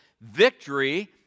victory